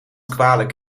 kwalijk